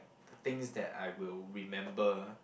the things that I will remember